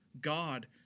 God